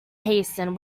hasten